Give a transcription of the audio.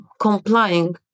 complying